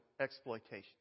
exploitation